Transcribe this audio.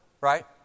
right